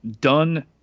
done